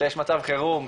שיש מצב חירום,